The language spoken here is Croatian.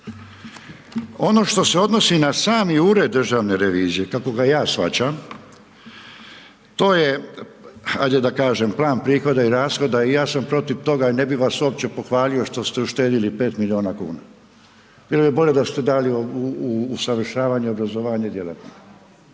Ono što se odnosi na sami Ured državne revizije, kako ga ja shvaćam, to je ajde da kažem, plan prihoda i rashoda i ja sam protiv toga i ne bi vas uopće pohvalio što ste uštedili 5 milijuna kn, bilo bi bilje da ste dali u usavršavanje, obrazovanje djelatnika.